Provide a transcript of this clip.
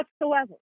whatsoever